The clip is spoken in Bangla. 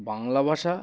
বাংলা ভাষা